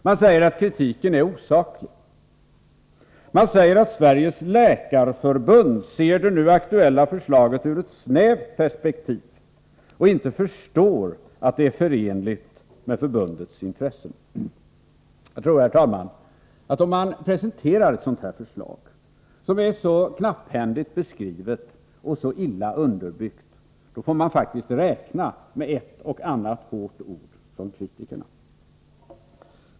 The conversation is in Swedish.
Man säger att kritiken är osaklig och att Sveriges läkarförbund ser det nu aktuella förslaget ur ett snävt perspektiv och inte förstår att det är förenligt med förbundets intressen. Jag tror, herr talman, att om man presenterar ett förslag som är så knapphändigt beskrivet och så illa underbyggt — då får man räkna med ett och annat hårt ord.